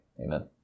amen